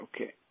okay